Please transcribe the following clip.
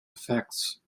effects